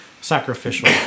sacrificial